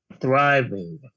thriving